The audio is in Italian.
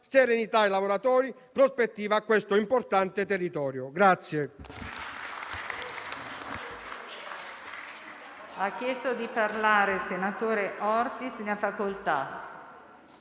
serenità ai lavoratori e prospettiva a quell'importante territorio.